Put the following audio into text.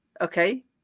okay